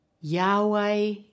Yahweh